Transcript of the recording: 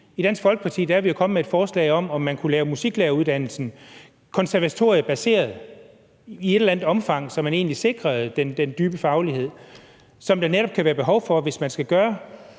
I Dansk Folkeparti er vi jo kommet et forslag om, om man kunne gøre musiklæreruddannelsen konservatoriebaseret i et eller andet omfang, så man egentlig sikrede den dybe faglighed, som der netop kan være behov for, hvis man skal løfte